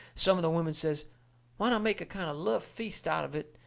some of the women says why not make a kind of love feast out of it,